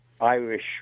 Irish